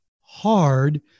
hard